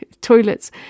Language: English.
toilets